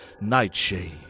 Nightshade